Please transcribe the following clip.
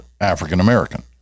African-American